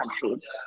countries